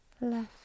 Left